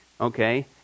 Okay